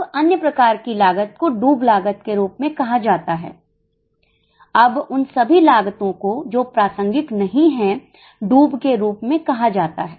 अब अन्य प्रकार की लागत को डूब लागत के रूप में कहा जाता है अब उन सभी लागतों को जो प्रासंगिक नहीं हैं डूब के रूप में कहा जाता है